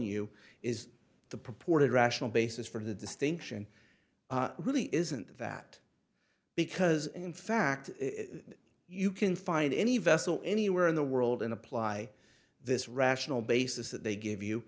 you is the purported rational basis for the distinction really isn't that because in fact you can find any vessel anywhere in the world and apply this rational basis that they give you